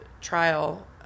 trial